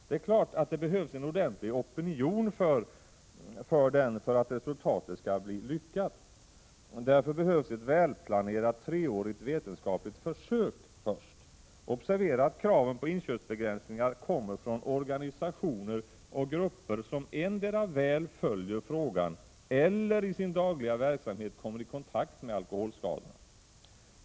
Det är klart att det behövs en ordentlig opinion för en inköpsbegränsning för att resultatet skall bli lyckat. Därför behövs ett välplanerat treårigt vetenskapligt försök. Observera att kraven på inköpsbegränsningar kommer från organisationer och grupper, som antingen väl följer frågan eller i sin dagliga verksamhet kommer i kontakt med alkoholskadorna.